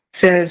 says